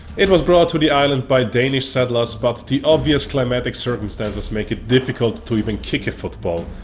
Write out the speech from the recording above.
it was brought to the island by danish settlers, but the obvious climatic circumstances make it difficult to even kick a football.